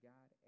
God